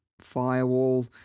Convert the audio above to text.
Firewall